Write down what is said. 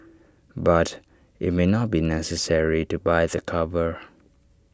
but IT may not be necessary to buy the cover